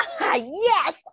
Yes